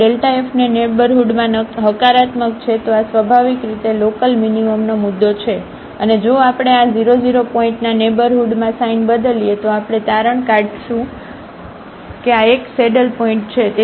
જો આ f નેઇબરહુડમાં હકારાત્મક છે તો આ સ્વાભાવિક રીતે લોકલમીનીમમનો મુદ્દો છે અને જો આપણે આ 00 પોઇન્ટના નેઇબરહુડમાં સાઇન બદલીએ તો આપણે તારણ નીકળી શું કે આ એક સેડલપોઇન્ટ છે